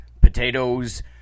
potatoes